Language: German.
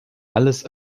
alles